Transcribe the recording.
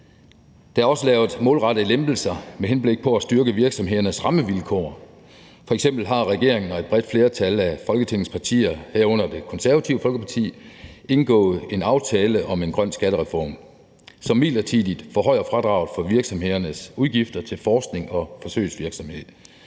Der er også lavet målrettede lempelser med henblik på at styrke virksomhedernes rammevilkår. F.eks. har regeringen og et bredt flertal af Folketingets partier, herunder Det Konservative Folkeparti, indgået en aftale om en grøn skattereform, som midlertidigt forhøjer fradraget for virksomhedernes udgifter til forskning og forsøgsvirksomhed.